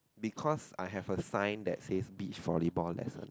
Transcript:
because I have a sign that says beach volleyball lesson